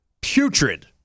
putrid